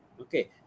okay